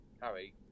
Harry